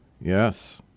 Yes